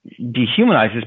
dehumanizes